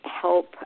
help